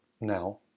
now